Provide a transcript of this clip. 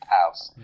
house